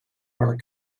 our